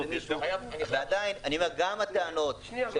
גם הטענות של